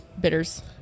bitters